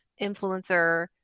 influencer